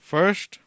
First